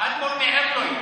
האדמו"ר מערלוי.